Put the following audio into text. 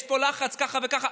יש פה לחץ, ככה וככה.